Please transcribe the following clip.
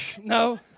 No